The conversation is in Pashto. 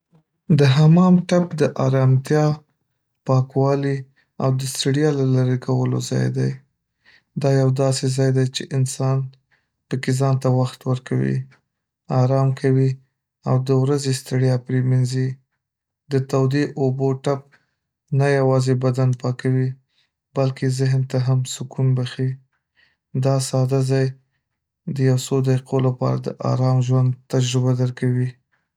د حمام ټب د ارامتیا، پاکوالي او د ستړیا له لرې کولو ځای دی. دا یو داسې ځای دی چې انسان پکې ځان ته وخت ورکوي، ارام کوي او د ورځې ستړیا پرې مینځي. د تودې اوبو ټب نه یوازې بدن پاکوي، بلکې ذهن ته هم سکون بخښي. دا ساده ځای د یو څو دقیقو لپاره د ارام ژوند تجربه درکوي.